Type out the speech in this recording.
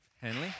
Henley